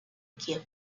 kiev